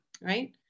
right